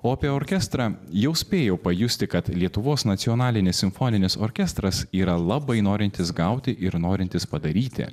o apie orkestrą jau spėjau pajusti kad lietuvos nacionalinis simfoninis orkestras yra labai norintis gauti ir norintis padaryti